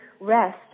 rest